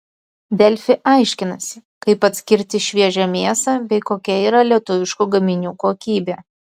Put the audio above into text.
delfi aiškinasi kaip atskirti šviežią mėsą bei kokia yra lietuviškų gaminių kokybė